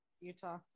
Utah